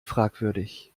fragwürdig